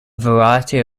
variety